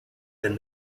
than